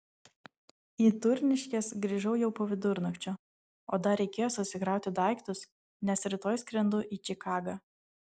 į turniškes grįžau jau po vidurnakčio o dar reikėjo susikrauti daiktus nes rytoj skrendu į čikagą